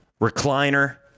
recliner